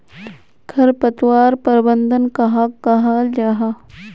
खरपतवार प्रबंधन कहाक कहाल जाहा जाहा?